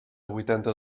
huitanta